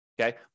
Okay